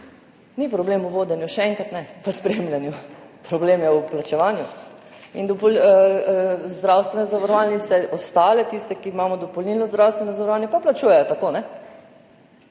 Ni problem v vodenju, še enkrat ne, pa spremljanju, problem je v plačevanju. Zdravstvene zavarovalnice, ostale, tiste, kjer imamo dopolnilno zdravstveno zavarovanje, plačujejo tako, ko